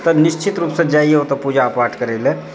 तऽ निश्चित रूपसँ जाइए ओतय पूजापाठ करै लअ